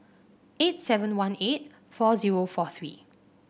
eight seven one eight four zero four three